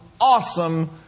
awesome